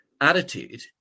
attitude